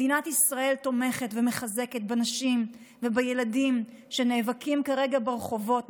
מדינת ישראל תומכת בנשים ובילדים שנאבקים כרגע ברחובות,